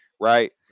Right